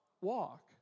Walk